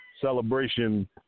celebration